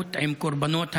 להזדהות עם קורבנות העינויים.